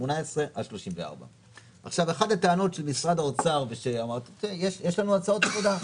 18 עד 34. אחת הטענות של משרד האוצר היא: יש לנו הצעות עבודה.